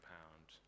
Pound